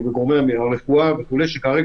הוחלט שכרגע,